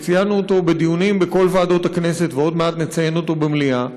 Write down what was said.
ציינו אותו בדיונים בכל ועדות הכנסת ועוד מעט נציין אותו במליאה.